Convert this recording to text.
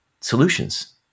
solutions